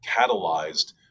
catalyzed